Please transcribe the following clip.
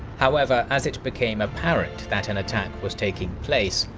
however, as it became apparent that an attack was taking place,